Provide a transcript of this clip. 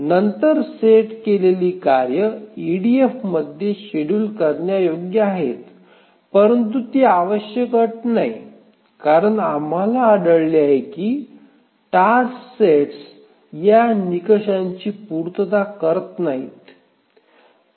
नंतर सेट केलेली कार्ये ईडीएफमध्ये शेड्यूल करण्यायोग्य आहेत परंतु ती आवश्यक अट नाही कारण आम्हाला आढळले की काही टास्क सेट्स या निकषांची पूर्तता करत नाहीत